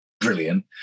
brilliant